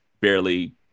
barely